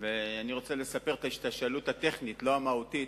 אני רוצה לספר את ההשתלשלות הטכנית, ולא המהותית.